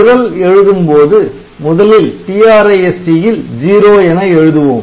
நிரல் எழுதும்போது முதலில் TRISC ல் '0' என எழுதுவோம்